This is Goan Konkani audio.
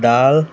दाळ